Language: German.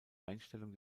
einstellung